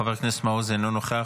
חבר הכנסת מעוז, אינו נוכח.